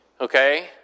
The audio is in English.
Okay